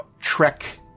trek